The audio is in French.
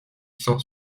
cent